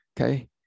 okay